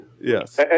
Yes